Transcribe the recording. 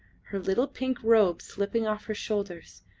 her little pink robe slipping off her shoulders,